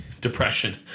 depression